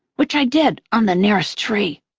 which i did on the nearest tree.